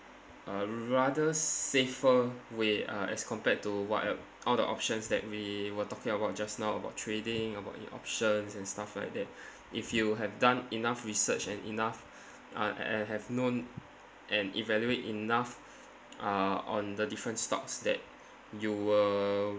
a rather safer way uh as compared to whate~ all the options that we were talking about just now about trading about your options and stuff like that if you have done enough research and enough uh and have known and evaluate enough uh on the different stocks that you uh